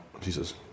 Jesus